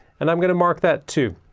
and i'm going to mark that too.